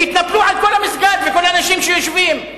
הם יתנפלו על כל המסגד וכל האנשים שיושבים,